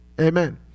Amen